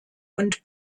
und